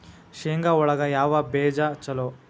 ಶೇಂಗಾ ಒಳಗ ಯಾವ ಬೇಜ ಛಲೋ?